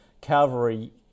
Calvary